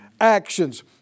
actions